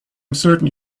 certain